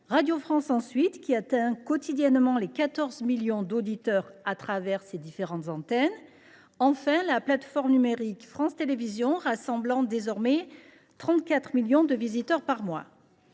Radio France, ensuite, attire quotidiennement 14 millions d’auditeurs sur ses différentes antennes. Enfin, la plateforme numérique France.tv, rassemble désormais 34 millions de visiteurs par mois.